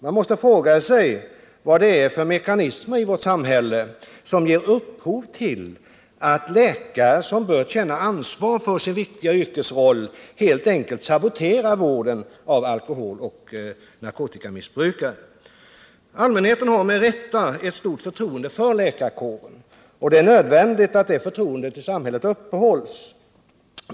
Man måste fråga sig vad det är för mekanismer i vårt samhälle som ger upphov till att läkare, som bör känna ansvar för sin viktiga yrkesroll, helt enkelt saboterar vården av alkoholoch narkotikamissbrukare. Allmänheten har med rätta ett stort förtroende för läkarkåren. Det är nödvändigt att det förtroendet upprätthålls.